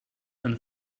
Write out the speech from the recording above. and